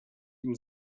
ihm